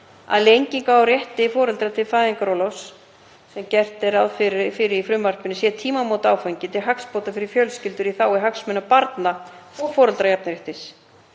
að lenging á rétti foreldra til fæðingarorlofs, sem gert er ráð fyrir í frumvarpinu, sé tímamótaáfangi til hagsbóta fyrir fjölskyldur og í þágu hagsmuna barna og foreldrajafnréttis.